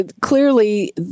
clearly